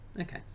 Okay